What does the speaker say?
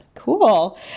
cool